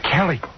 Kelly